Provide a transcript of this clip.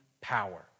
power